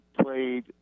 played